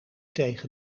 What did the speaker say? tegen